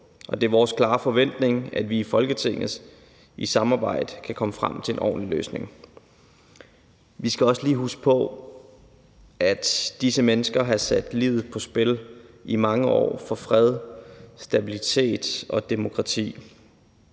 det er vores klare forventning, at vi i Folketinget i samarbejde kan komme frem til en ordentlig løsning. Vi skal også lige huske på, at disse mennesker i mange år har sat livet på spil for fred, stabilitet og demokrati.